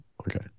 Okay